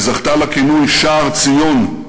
היא זכתה לכינוי "שער ציון",